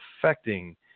affecting